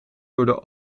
door